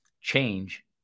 change